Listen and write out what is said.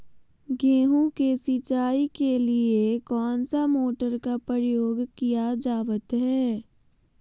गेहूं के सिंचाई के लिए कौन सा मोटर का प्रयोग किया जावत है?